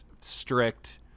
strict